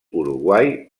uruguai